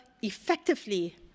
effectively